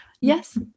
Yes